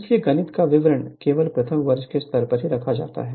इसलिए गणित का विवरण केवल प्रथम वर्ष के स्तर पर रखा जाता है